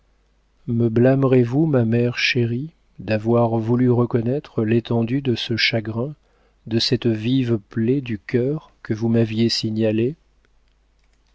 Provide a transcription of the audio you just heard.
me blâmerez vous ma mère chérie d'avoir voulu reconnaître l'étendue de ce chagrin de cette vive plaie du cœur que vous m'aviez signalée